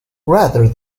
rather